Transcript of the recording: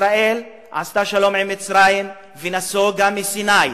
ישראל עשתה שלום עם מצרים ונסוגה מסיני,